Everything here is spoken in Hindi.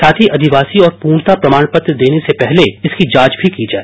साथ ही अधिवासी और पूर्णता पत्र देने से पहले इसकी जांच भी की जाए